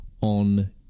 on